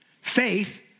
Faith